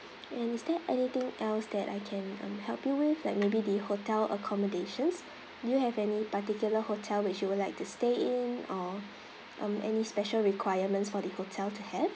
and is there anything else that I can um help you with like maybe the hotel accommodations do you have any particular hotel which you would like to stay in or um any special requirements for the hotel to have